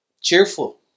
Cheerful